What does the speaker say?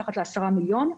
כלומר מתחת לעשרה מיליון,